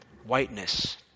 Whiteness